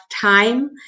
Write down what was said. time